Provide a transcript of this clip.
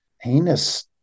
heinous